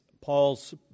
Paul's